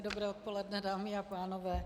Dobré odpoledne, dámy a pánové.